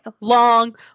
long